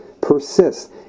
persists